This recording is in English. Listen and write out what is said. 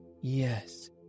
yes